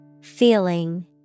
Feeling